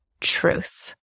truth